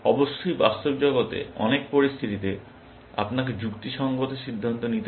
অবশ্যই বাস্তব জগতে অনেক পরিস্থিতিতে আপনাকে যুক্তিসঙ্গত সিদ্ধান্ত নিতে হবে